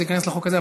זה ייכנס לחוק הזה.